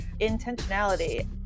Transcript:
intentionality